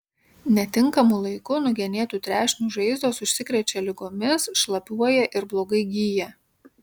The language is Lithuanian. netinkamu laiku nugenėtų trešnių žaizdos užsikrečia ligomis šlapiuoja ir blogai gyja